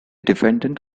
defendant